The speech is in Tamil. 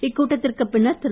இக்கூட்டத்திற்கு பின்னர் திரு